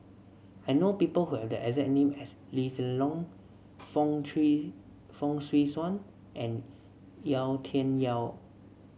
I know people who have the exact name as Lee Hsien Loong Fong Swee Suan and Yau Tian Yau